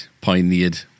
pioneered